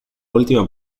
última